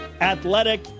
athletic